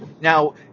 Now